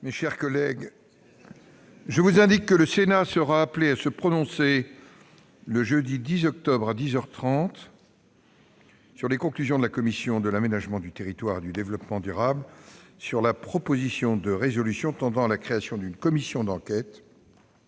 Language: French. Mes chers collègues, je vous indique que le Sénat sera appelé à se prononcer le jeudi 10 octobre, à dix heures trente, sur les conclusions de la commission de l'aménagement du territoire et du développement durable relatives à la proposition de résolution tendant à la création d'une commission d'enquête